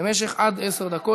במשך עד עשר דקות.